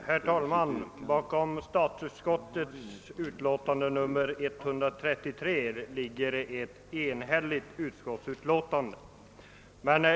Herr talman! Bakom statsutskottets utlåtande nr 133 står ett enhälligt utskott.